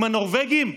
עם הנורבגים?